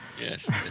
yes